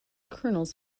kernels